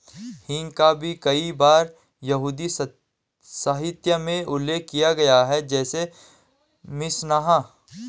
हींग का भी कई बार यहूदी साहित्य में उल्लेख किया गया है, जैसे मिशनाह